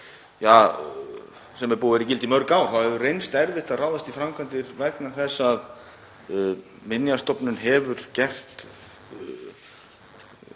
sem búið er að vera í gildi í mörg ár þá hefur reynst erfitt að ráðast í framkvæmdir vegna þess að Minjastofnun hefur gert